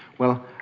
well,